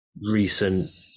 recent